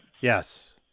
Yes